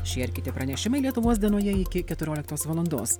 šie ir kiti pranešimai lietuvos dienoje iki keturioliktos valandos